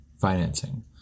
financing